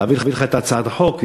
להעביר לך את הצעת החוק.